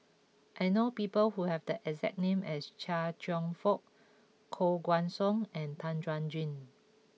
I know people who have the exact name as Chia Cheong Fook Koh Guan Song and Tan Chuan Jin